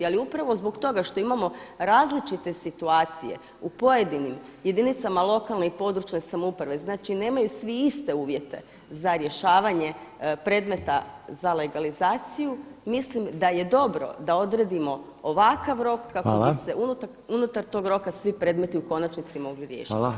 Ali upravo zbog toga što imamo različite situacije u pojedinim jedinicama lokalne i područne samouprave, znači nemaju svi iste uvjete za rješavanje predmeta za legalizaciju mislim da je dobro da odredimo ovakav rok kako bi se unutar tog roka svi predmeti u konačnici mogli riješiti.